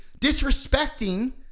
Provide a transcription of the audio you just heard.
disrespecting